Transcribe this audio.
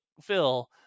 Phil